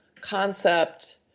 concept